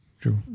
true